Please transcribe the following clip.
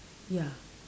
ya